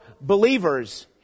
believers